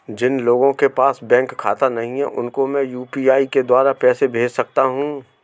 जिन लोगों के पास बैंक खाता नहीं है उसको मैं यू.पी.आई के द्वारा पैसे भेज सकता हूं?